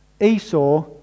Esau